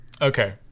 Okay